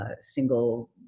single